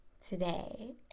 today